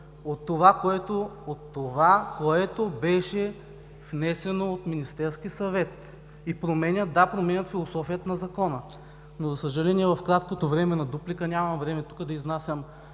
от това, което беше внесено от Министерския съвет. И променят философията на Закона. За съжаление, в краткото време на дуплика, нямам време да изнасям